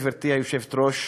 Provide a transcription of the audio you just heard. גברתי היושבת-ראש,